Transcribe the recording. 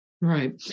Right